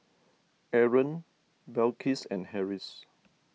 Aaron Balqis and Harris